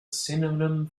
synonym